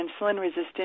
insulin-resistant